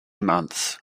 months